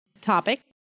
topic